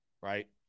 right